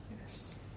Yes